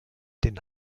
den